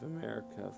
America